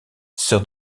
sœur